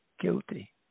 guilty